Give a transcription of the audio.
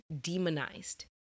demonized